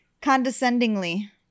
Condescendingly